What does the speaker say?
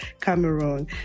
Cameroon